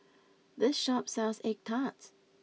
this shop sells Egg Tart